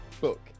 book